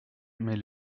mais